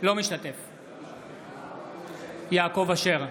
אינו משתתף בהצבעה יעקב אשר,